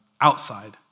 outside